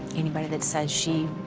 anybody that says she